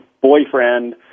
boyfriend